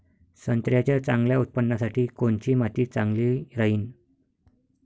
संत्र्याच्या चांगल्या उत्पन्नासाठी कोनची माती चांगली राहिनं?